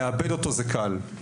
לאבד אותו זה קל.